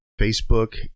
Facebook